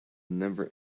never